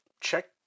check